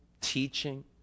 teaching